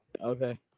Okay